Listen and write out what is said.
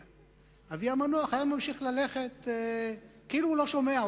אבי המנוח היה ממשיך ללכת כאילו הוא לא שומע,